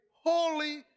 holy